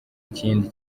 kindi